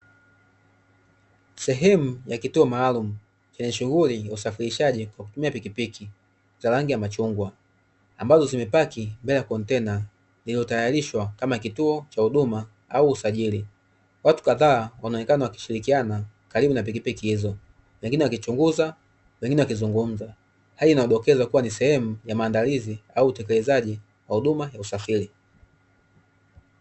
Sehemu ya kituo maalumu, chenye shughuli ya usafirishaji kwa kutumia pikipiki za rangi ya machungwa. Ambazo zimepaki mbele ya kontena lililotayarishwa, kama kituo cha huduma au usajili. Watu kadhaa wanaonekana wakishirikiana, karibu na pikipiki hizo, wengine wakichunguza, wengine wakizungumza, hali inayodokeza kua ni sehemu ya maandalizi au utekelezaji, wa huduma ya usafiri.